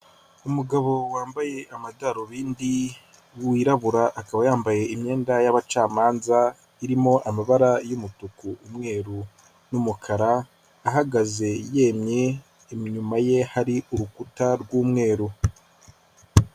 Umugabo wambaye amadarubindi wirabura akaba yambaye imyenda y'ababacamanza, irimo amabara y'umutuku, umweru n'umukara ahagaze yemye inyuma ye hari urukuta rw'umweru.